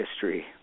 history